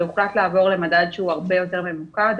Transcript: והוחלט לעבור למדד שהוא הרבה יותר ממוקד.